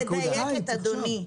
אני מדייקת, אדוני.